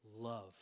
Love